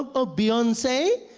ah oh beyonce?